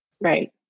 Right